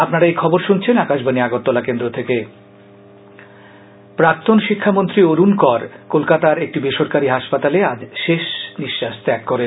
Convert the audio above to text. অরুণ কর প্রাক্তন শিক্ষামন্ত্রী অরুণ কর কলকাতার একটি বেসরকারী হাসপাতালে আজ শেষ নিশ্বাস ত্যাগ করেন